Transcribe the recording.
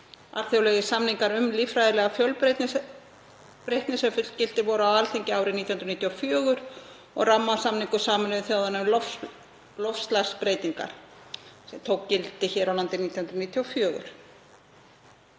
alþjóðlegir samningar um líffræðilega fjölbreytni sem fullgiltir voru á Alþingi árið 1994 og rammasamningur Sameinuðu þjóðanna um loftslagsbreytingar sem tók gildi hér á landi árið 1994.